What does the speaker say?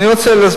א.